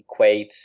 equates